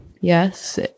Yes